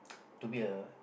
to be a